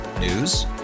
News